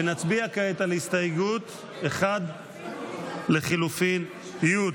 נצביע כעת על הסתייגות 1 לחלופין י'.